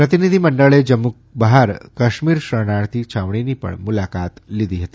પ્રતિનિધિ મંડળે જમ્મુ બહાર કાશ્મીર શરણાર્થી છાવણીની પણ મુલાકાત લીધી લીધી હતી